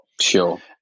sure